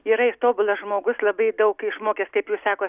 yra jis tobulas žmogus labai daug išmokęs kaip jūs sakot